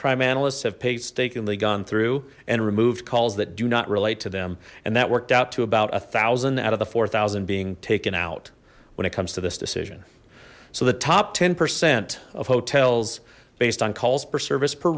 crime analysts have paid taken lee gone through and removed calls that do not relate to them and that worked out to about a thousand out of the four thousand being taken out when it comes to this decision so the top ten percent of hotels based on calls per service per